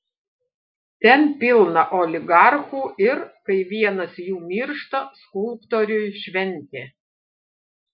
ten pilna oligarchų ir kai vienas jų miršta skulptoriui šventė